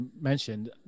mentioned